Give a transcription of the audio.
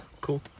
Cool